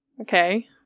Okay